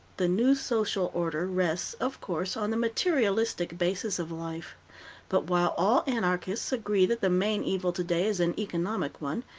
the new social order rests, of course, on the materialistic basis of life but while all anarchists agree that the main evil today is an economic one,